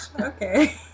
Okay